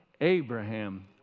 Abraham